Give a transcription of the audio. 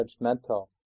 judgmental